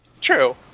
True